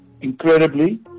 incredibly